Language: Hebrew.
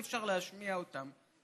אי-אפשר להשמיע אותם.